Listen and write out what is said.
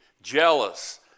Jealous